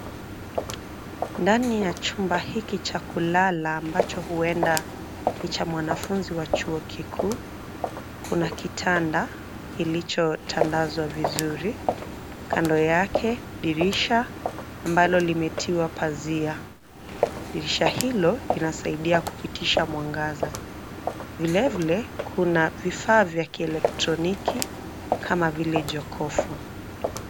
Ndani ya chumba hiki cha kulala ambacho huenda ni cha mwanafunzi wa chuo kikuu, kuna kitanda kilichotandazwa vizuri. Kando yake dirisha ambalo limetiwa pazia. Dirisha hilo linasaidia kupitisha mwangaza. Vile vile, kuna vifaa vya kielektroniki kama vile: jokofu